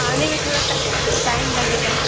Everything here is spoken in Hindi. आने में थोड़ा टा टाइम लगेगा